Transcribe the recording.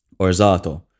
Orzato